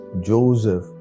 Joseph